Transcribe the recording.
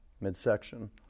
midsection